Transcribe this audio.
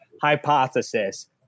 hypothesis